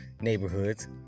neighborhoods